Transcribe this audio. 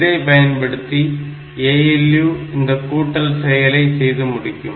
இதை பயன்படுத்தி ALU இந்த கூட்டல் செயலை செய்து முடிக்கும்